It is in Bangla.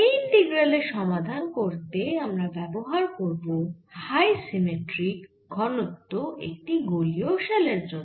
এই ইন্টিগ্রালের সমাধান করতে আমরা ব্যবহার করব হাই সিমেট্রি ঘনত্ব একটি গোলীয় শেলের জন্য